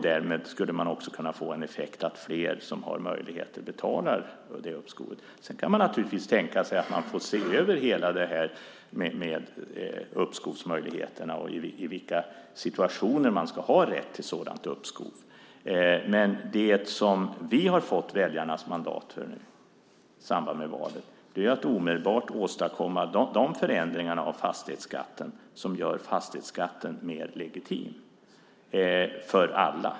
Därmed skulle man kunna få effekten att fler som har möjlighet betalar det uppskovet. Sedan kan man naturligtvis tänka sig att man får se över hela detta med uppskovsmöjligheterna och i vilka situationer man ska ha rätt till sådant uppskov. Det som vi har fått väljarnas mandat för i samband med valet är dock att omedelbart åstadkomma de förändringar av fastighetsskatten som gör den mer legitim för alla.